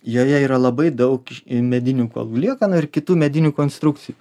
joje yra labai daug medinių kuolų liekanų ir kitų medinių konstrukcijų